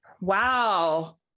wow